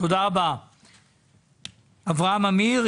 אברהם אמיר,